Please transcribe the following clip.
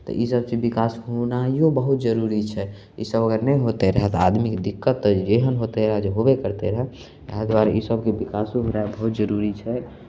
तऽ इसभ चीज विकास होइनाइओ बहुत जरूरी छै इसभ अगर नहि होइतै रहए तऽ आदमीकेँ दिक्कत तऽ जेहन होइत रहय जे होबे करितै रहए ताहि दुआरे इसभके विकास होइनाइ बहुत जरूरी छै